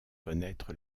connaître